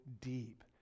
deep